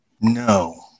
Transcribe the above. No